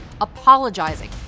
apologizing